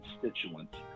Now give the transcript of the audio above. constituents